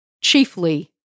chiefly